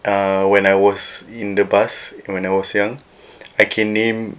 err when I was in the bus when I was young I can name